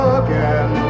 again